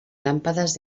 làmpades